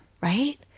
Right